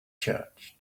church